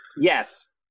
Yes